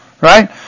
right